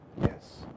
Yes